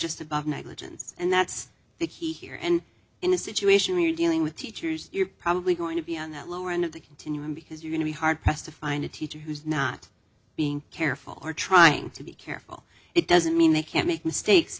just above negligence and that's the key here and in a situation when you're dealing with teachers you're probably going to be on that lower end of the continuum because you going to be hard pressed to find a teacher who's not being careful or trying to be careful it doesn't mean they can't make mistakes